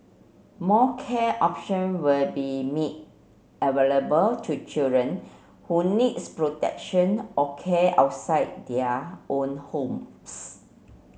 more care option will be made available to children who needs protection or care outside their own homes